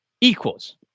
equals